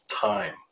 time